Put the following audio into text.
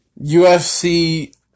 UFC